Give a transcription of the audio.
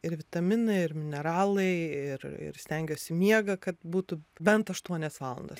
ir vitaminai ir mineralai ir ir stengiuosi miegą kad būtų bent aštuonias valandas